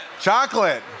Chocolate